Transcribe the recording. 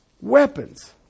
weapons